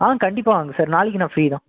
ஆ கண்டிப்பாக வாங்க சார் நாளைக்கு நான் ஃப்ரீ தான்